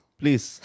please